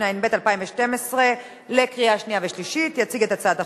אין מתנגדים, אין נמנעים.